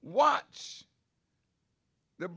watch the